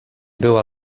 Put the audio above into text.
była